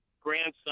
grandson